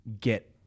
get